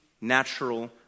natural